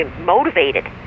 motivated